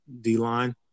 D-line